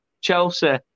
Chelsea